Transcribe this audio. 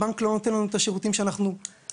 הבנק לא נותן לנו את השירותים שאנחנו רוצים.